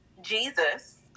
Jesus